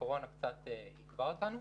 הקורונה קצת עיכבה אותנו.